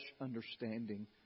understanding